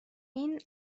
این